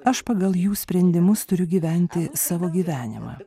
aš pagal jų sprendimus turiu gyventi savo gyvenimą